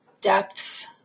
depths